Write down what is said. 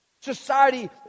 Society